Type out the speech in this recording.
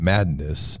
Madness